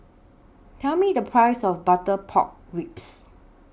Tell Me The Price of Butter Pork Ribs